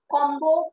Combo